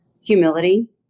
humility